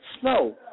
snow